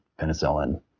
penicillin